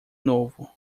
novo